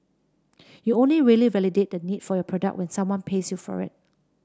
you only really validate the need for your product when someone pays you for it